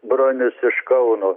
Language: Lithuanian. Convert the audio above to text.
bronius iš kauno